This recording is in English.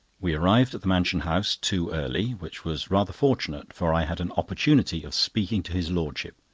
we arrived at the mansion house too early, which was rather fortunate, for i had an opportunity of speaking to his lordship,